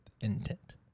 intent